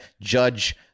Judge